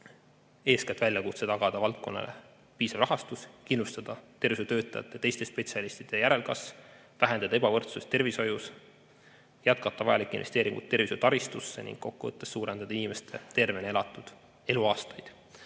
eeskätt väljakutse tagada valdkonnale piisav rahastus, kindlustada tervishoiutöötajate ja teiste spetsialistide järelkasv, vähendada ebavõrdsust tervishoius, jätkata vajalikke investeeringuid tervishoiutaristusse ning kokkuvõttes suurendada inimeste tervena elatud eluaastate